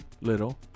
little